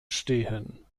stehen